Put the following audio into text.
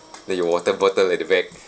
then your water bottle at the back